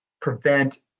prevent